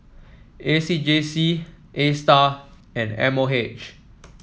A C J C Astar and M O H